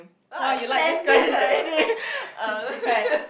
!wah! you like this guy she is prepared